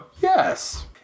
yes